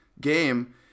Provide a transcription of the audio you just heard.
game